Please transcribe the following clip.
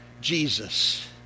Jesus